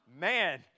Man